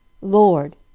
Lord